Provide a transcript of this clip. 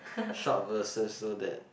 short verses so that